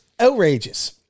outrageous